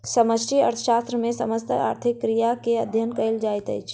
समष्टि अर्थशास्त्र मे समस्त आर्थिक क्रिया के अध्ययन कयल जाइत अछि